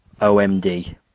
omd